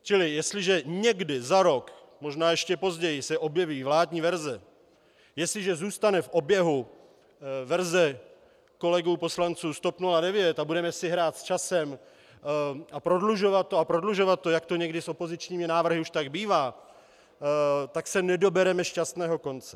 Čili jestliže někdy za rok, možná ještě později, se objeví vládní verze, jestliže zůstane v oběhu verze kolegů poslanců z TOP 09 a budeme si hrát s časem a prodlužovat to a prodlužovat to, jak to někdy s opozičními návrhy už tak bývá, tak se nedobereme šťastného konce.